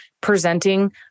presenting